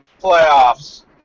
playoffs